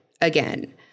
again